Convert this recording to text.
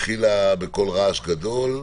התחילה בקול רעש גדול,